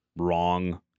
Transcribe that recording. Wrong